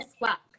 walk